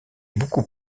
beaucoup